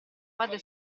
padre